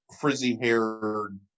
frizzy-haired